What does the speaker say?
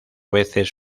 veces